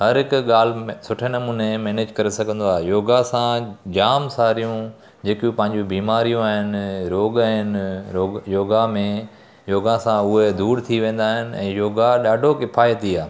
हरहिक ॻाल्हि में सुठे नमूने मैनेज करे सघंदो आहे योगा सां जाम सारियूं जेकियूं पंहिंजियूं बीमारियूं आहिनि रोग आहिनि रोग योगा में योगा सां उहे दूरि थी वेंदा आहिनि ऐं योगा ॾाढो क़िफ़ाइती आहे